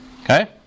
Okay